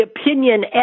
opinion